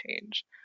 change